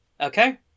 Okay